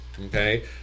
Okay